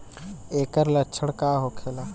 ऐकर लक्षण का होखेला?